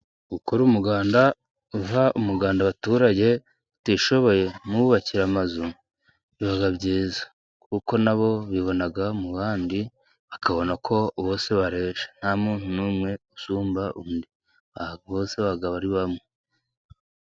Gukora umuganda uha umuganda abaturage batishoboye mububakira amazu, biba byiza ,kuko na bo bibona mu bandi ,bakabona ko bose se bareshya nta muntu n'umwe usumba undi ,bose baba ari bamwe.